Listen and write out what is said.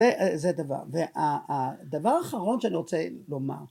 ‫זה, אה... זה דבר, וה... ה... הדבר האחרון ‫שאני רוצה לומר.